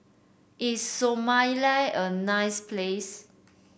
is Somalia a nice place